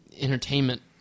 entertainment